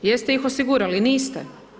Jeste ih osigurali, niste.